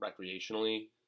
recreationally